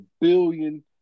billion